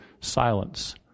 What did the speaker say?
silence